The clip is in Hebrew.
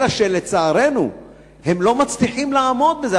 אלא שלצערנו הם לא מצליחים לעמוד בזה.